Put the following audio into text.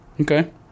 Okay